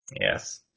Yes